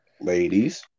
ladies